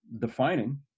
defining